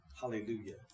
Hallelujah